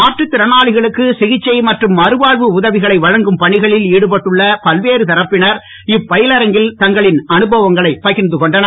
மாற்றுத் திறனாளிகளுக்கு சிகிச்சை மற்றும் மறுவாழ்வு உதவிகளை வழங்கும் பணிகளில் ஈடுபட்டுள்ள பல்வேறு தரப்பினர் இப்பயிலரங்கில் தங்களின் அனுபவங்களை பகிர்ந்து கொள்கின்றனர்